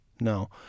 No